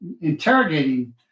interrogating